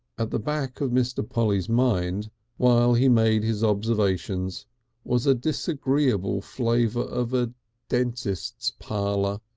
at the back of mr. polly's mind while he made his observations was a disagreeable flavour of ah dentist's parlour.